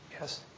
Yes